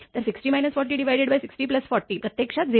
तर 6040 प्रत्यक्षात 0